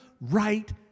right